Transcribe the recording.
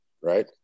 right